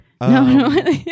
no